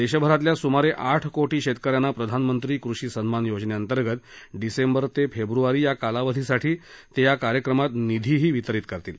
देशभरातल्या सुमारे आठ कोटी शेतकऱ्यांना प्रधानमंत्री कृषी सन्मान योजने अंतर्गत डिसेंबर ते फेब्रुवारी या कालावधीसाठी ते या कार्यक्रमात निधीही वितरित करतील